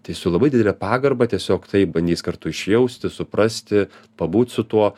tai su labai didele pagarba tiesiog tai bandys kartu išjausti suprasti pabūt su tuo